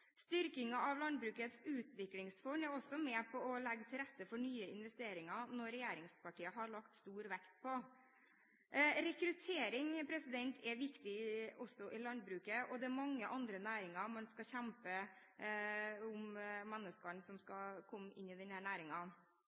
Styrkingen av Landbrukets utviklingsfond er også med på å legge til rette for nye investeringer, noe regjeringspartiene har lagt stor vekt på. Rekruttering er viktig også i landbruket, og det er mange andre næringer man skal kjempe med for å få mennesker inn i